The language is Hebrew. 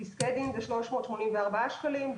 בפסקי דין זה 384 שקלים.